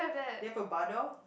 do you have a bar door